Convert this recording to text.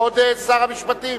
כבוד שר המשפטים.